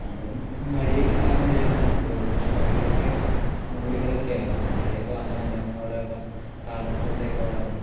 നമ്മളും വഴിയൊക്കെ ഉണ്ടാകുമെന്ന് വിചാരിച്ചിട്ടാണ് കയറിയത് പക്ഷെ വഴികളൊക്കെ മൂടി കിടക്കുകയായിരുന്നു മഴയൊക്കെ വന്നതുകൊണ്ട് തന്നെ അവിടെയുള്ള കാടും പൊന്തയൊക്കെ വളർന്നു